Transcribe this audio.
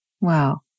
Wow